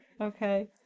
okay